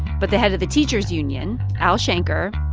but the head of the teachers union, al shanker,